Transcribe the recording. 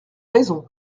raison